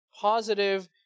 positive